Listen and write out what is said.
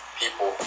people